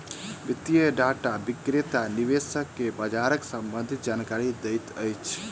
वित्तीय डेटा विक्रेता निवेशक के बजारक सम्भंधित जानकारी दैत अछि